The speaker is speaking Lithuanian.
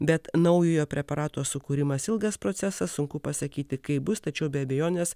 bet naujojo preparato sukūrimas ilgas procesas sunku pasakyti kaip bus tačiau be abejonės